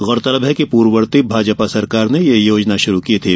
गौरतलब है कि पूर्ववर्ती भाजपा सरकार ने यह योजना शुरू की थी